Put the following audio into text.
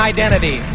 Identity